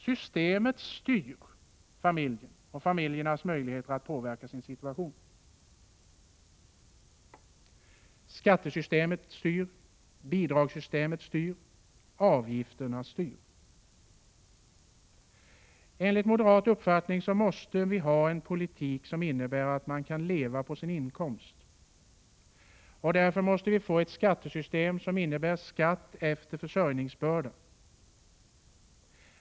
Systemet styr familjen och familjens möjligheter att påverka sin situation. Skattesystemet styr, bidragssystemet styr och avgifterna styp. Enligt moderat uppfattning måste vi ha en politik som innebär att man kan leva på sin inkomst. Därför måste vi få ett skattesystem som innebär skatt efter försörjningsbörda.